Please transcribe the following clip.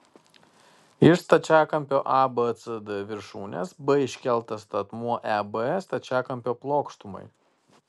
iš stačiakampio abcd viršūnės b iškeltas statmuo eb stačiakampio plokštumai